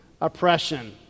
oppression